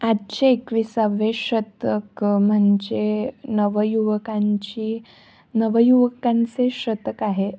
आजचे एकविसावे शतक म्हणजे नवयुवकांची नवयुवकांचे शतक आहे